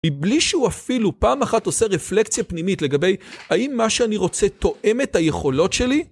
מבלי שהוא אפילו פעם אחת עושה רפלקציה פנימית לגבי האם מה שאני רוצה תואם את היכולות שלי?